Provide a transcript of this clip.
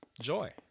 joy